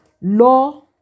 Law